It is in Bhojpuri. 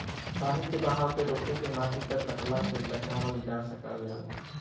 पानी के बहाव क रोके से माटी के कटला से बचावल जा सकल जाला